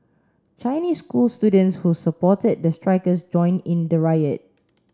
Chinese school students who supported the strikers joined in the riot